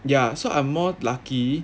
ya so I'm more lucky